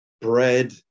bread